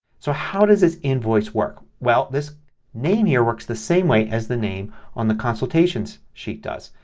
so how does this invoice work? well, this name here works the same way as the name on the consultations sheet does.